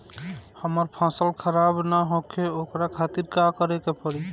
हमर फसल खराब न होखे ओकरा खातिर का करे के परी?